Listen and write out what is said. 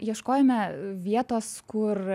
ieškojome vietos kur